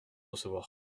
recevoir